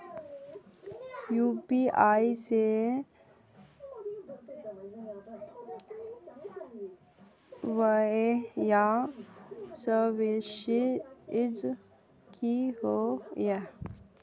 UPI सेवाएँ या services की होय?